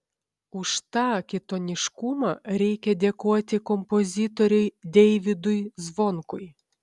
už tą kitoniškumą reikia dėkoti kompozitoriui deividui zvonkui